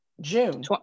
June